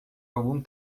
algum